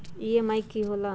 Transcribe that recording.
EMI की होला?